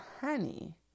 honey